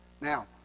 Now